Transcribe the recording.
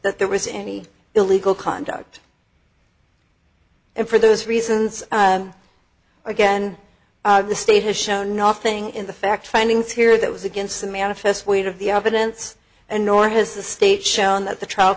that there was any illegal conduct and for those reasons again the state has shown nothing in the fact finding fear that was against the manifest weight of the evidence and nor has the state shown that the trial